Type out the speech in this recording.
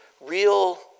real